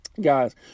Guys